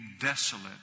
desolate